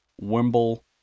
Wimble